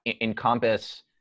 encompass